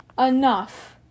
enough